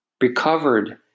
Recovered